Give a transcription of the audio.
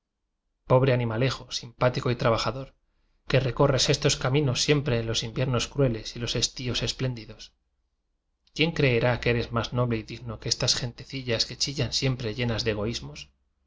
pobre animalejo simpá tico y trabajador que recorres estos cami nos siempre en los inviernos crueles y los estíos espléndidos quién creerá que eres más noble y digno que estas gentecillas que chillan siempre llenas de egoísmos po